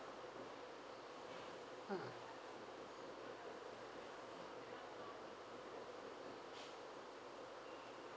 mm